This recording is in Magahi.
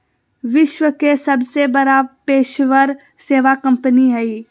विश्व के सबसे बड़ा पेशेवर सेवा कंपनी हइ